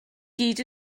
gyd